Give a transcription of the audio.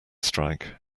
strike